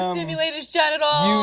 stimulate his genitals.